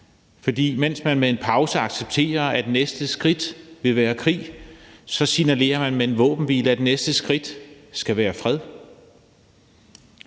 For mens man med en pause accepterer, at næste skridt vil være krig, så signalerer man med en våbenhvile, at næste skridt skal være fred.